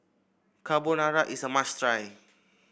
carbonara is a must try